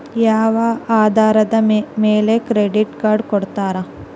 ಯಾವ ಆಧಾರದ ಮ್ಯಾಲೆ ಕ್ರೆಡಿಟ್ ಕಾರ್ಡ್ ಕೊಡ್ತಾರ?